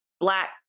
Black